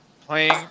Playing